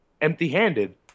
empty-handed